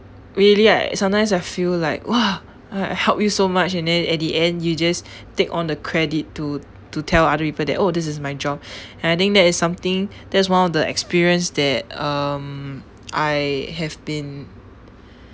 really I sometimes I feel like !wah! I helped you so much and then at the end you just take on the credit to to tell other people that oh this is my job and I think that is something that is one of the experience that um I have been